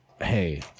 Hey